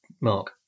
Mark